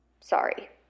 Sorry